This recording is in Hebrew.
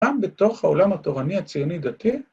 ‫פעם בתוך העולם התורני הציוני-דתי.